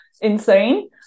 insane